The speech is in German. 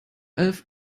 elf